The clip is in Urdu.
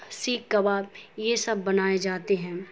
سیخ کباب یہ سب بنائے جاتے ہیں